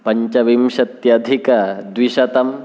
पञ्चविंशत्यधिकद्विशतम्